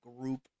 group